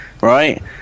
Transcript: Right